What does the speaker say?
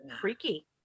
Freaky